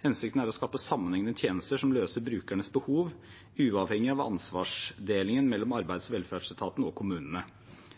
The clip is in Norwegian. Hensikten er å skape sammenhengende tjenester som løser brukernes behov, uavhengig av ansvarsdelingen mellom arbeids- og velferdsetaten og kommunene.